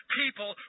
people